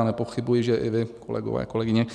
A nepochybuji, že i vy, kolegové, kolegyně,